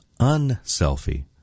Unselfie